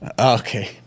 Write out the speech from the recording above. Okay